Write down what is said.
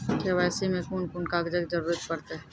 KYC मे कून कून कागजक जरूरत परतै?